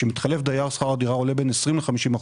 כשמתחלף דייר שכר הדירה עולה בין 20% ל-50%.